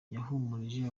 yahumurije